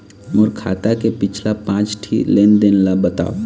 मोर खाता के पिछला पांच ठी लेन देन ला बताव?